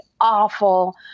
awful